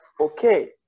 Okay